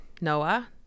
Noah